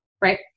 right